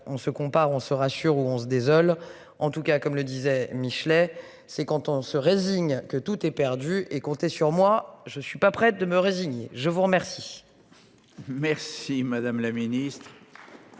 on se compare on se rassure, où on se désole en tout cas, comme le disait Michelet c'est quand on se résigne que tout est perdu et compter sur moi je suis pas prête de me résigner, je vous remercie. Merci, madame la Ministre.